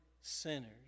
sinners